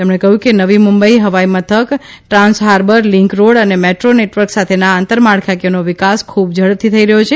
તેમણે કહ્યું કે નવી મુંબઇ હવાઇ મથક ટ્રાન્સહાર્બર લીંક રોડ અને મેટ્રો નેટવર્ક સાથેના આંતરમાળખાકીયનો વિકાસ ખૂબ ઝડપથી થઇ રહ્યો છે